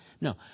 No